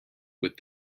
with